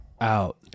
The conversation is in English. out